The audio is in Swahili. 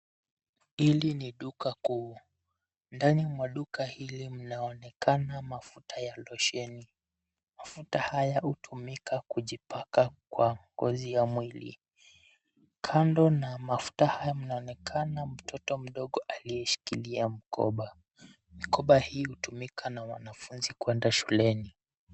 Hili ni duka kuu. Ndani mwa duka hii kunaonekana mafuta ya losheni. Mafuta haya hutumika kujipaka kwa ngozi ya mwili. Kando na mafuta haya mnaonekana mtoto mdogo aliyeshikilia mkoba. Mikoba hii hutumika na wanafunzi kuenda shuleni.